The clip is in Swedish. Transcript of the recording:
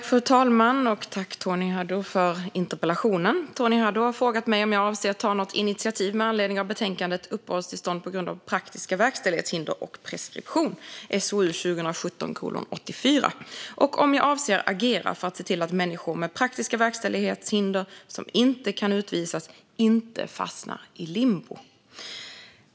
Fru talman! Tack, Tony Haddou, för interpellationen! Tony Haddou har frågat mig om jag avser att ta något initiativ med anledning av betänkandet Uppehållstillstånd på grund av praktiska verkställighetshinder och preskription , SOU 2017:84, och om jag avser att agera för att se till att människor med praktiska verkställighetshinder, som inte kan utvisas, inte fastnar i limbo.